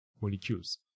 molecules